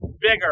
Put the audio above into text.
bigger